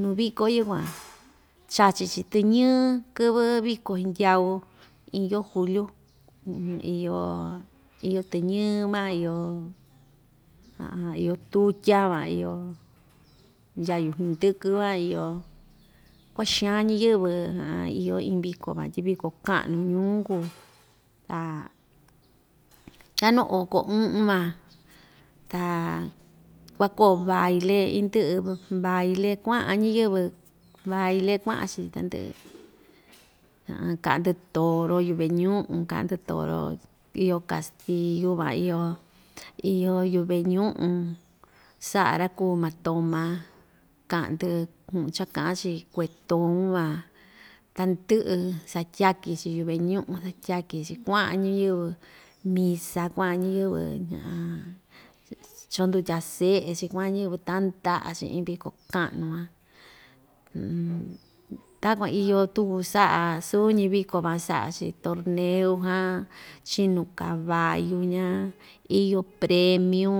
nuu viko yukuan chachi‑chi tɨñɨɨ kɨvɨ viko xindyau iin yoo juliu iyo oyo tɨñɨɨ van iyo iyo tutya van iyo ndyayu xindɨkɨ van iyo kuaxaan ñiyɨvɨ iyo iin viko van tyi viko kaꞌnu ñuu kuu ta ndya nuu oko uꞌun maa, ta kuakoo baile indɨꞌɨ baile kuꞌan ñiyɨvɨ baile kuaꞌa‑chi tandɨꞌɨ kaꞌa‑ndi toro yuu veꞌe ñuꞌu kaꞌa‑ndi toro iyo castillu van iyo iyo yuu veꞌe ñuꞌun saꞌa‑ra kuu matoma kaꞌandɨ kun cha kaꞌan‑chi kueton van tandɨꞌɨ satraki yuꞌu veꞌe ñuꞌun satyakɨ‑chɨ kuaꞌan ñiyɨvɨ misa kuaꞌan ñiyɨvɨ chondutya seꞌe‑chi kuaꞌan ñiyɨvɨ tandaꞌa‑chi iin viko kaꞌnu van takuan iyo tuku saꞌa suu‑ñi viko van saꞌa‑chi torneo chinu caballu xinña iyo premiu.